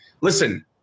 listen